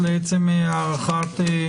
לחוק".